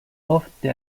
ofte